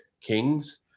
kings